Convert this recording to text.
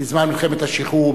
בזמן מלחמת השחרור,